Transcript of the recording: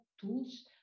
tools